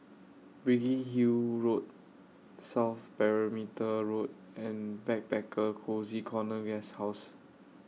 Biggin Hill Road South Perimeter Road and Backpacker Cozy Corner Guesthouse